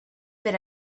per